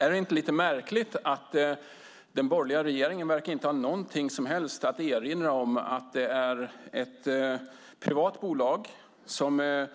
Är det inte lite märkligt att den borgerliga regeringen inte verkar ha något som helst att erinra om att det är ett privat bolag, som